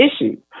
issue